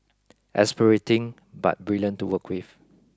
exasperating but brilliant to work with